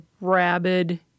rabid